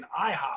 IHOP